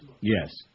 Yes